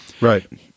Right